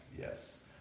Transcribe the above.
Yes